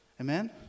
Amen